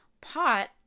pot